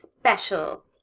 special